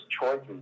choices